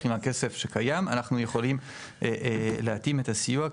מהכסף שקיים אנחנו יכולים להתאים את הסיוע,